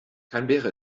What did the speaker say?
canberra